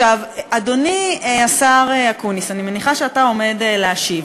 אדוני השר אקוניס, אני מניחה שאתה עומד להשיב.